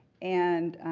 and